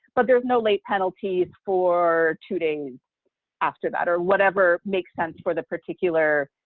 but there's no late penalties for two days after that, or whatever makes sense for the particular